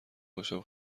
باشم